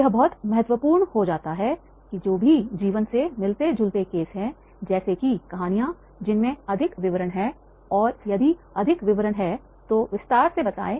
यह बहुत महत्वपूर्ण हो जाता है कि जो भी केस जीवन से मिलते जुलते हैं जैसे कि कहानियाँ हैं जिसमें अधिक विवरण हैं और यदि अधिक विवरण हैं तो विस्तार से बताएं